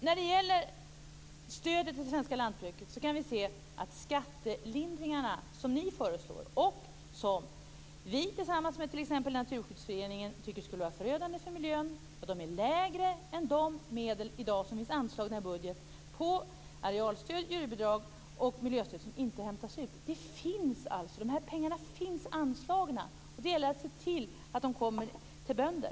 När det gäller stödet till det svenska lantbruket kan vi se att de skattelindringar som ni föreslår och som vi tillsammans med t.ex. Naturskyddsföreningen tycker skulle vara förödande för miljön är lägre än de medel som i dag finns anslagna i budgeten för arealstöd, djurbidrag och miljöstöd som inte hämtas ut. De här pengarna finns alltså anslagna, och det gäller att se till att de kommer till bönder.